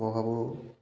মই ভাবোঁ